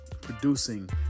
producing